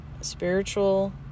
Spiritual